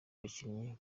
bakinnyi